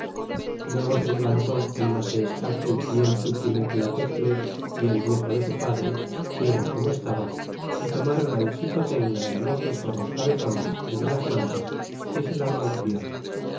luego se levantó el masseescaci y el chichimeclatecle y el viejo de su padre ciego como estaba y tomaron al xicotenga el mozo por los cabezones y de las mantas y se las rompiéron